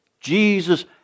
Jesus